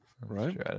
Right